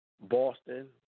Boston